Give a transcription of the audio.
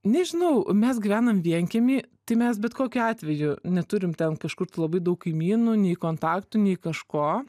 nežinau mes gyvenam vienkiemy tai mes bet kokiu atveju neturim ten kažkur tai labai daug kaimynų nei kontaktų nei kažko